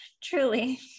truly